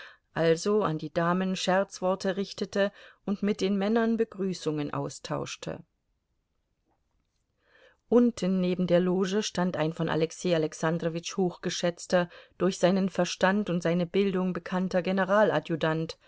also an die damen scherzworte richtete und mit den männern begrüßungen austauschte unten neben der loge stand ein von alexei alexandrowitsch hochgeschätzter durch seinen verstand und seine bildung bekannter